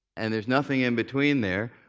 and there's nothing in between there.